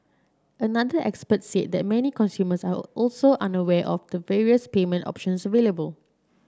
another expert said that many consumers are also unaware of the various payment options available